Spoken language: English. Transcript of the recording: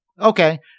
okay